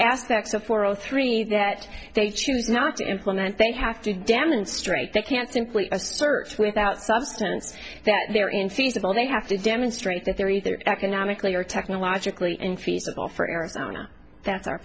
aspects of four or three that they choose not to implement they have to demonstrate they can't simply search without substance that they're infeasible they have to demonstrate that they're either economically or technologically infeasible for arizona that's our